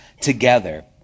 together